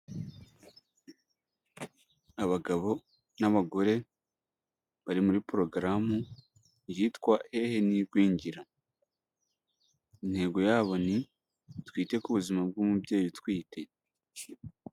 Abagabo n'abagore bari muri porogaramu yitwa hehe n'igwingira, intego yabo ni twite ku buzima bw'umubyeyi utwite.